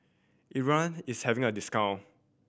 Ezerra is having a discount